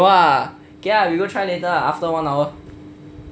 有 ah okay lah we go try later lah after one hour